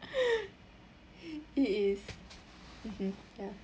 it is mmhmm ya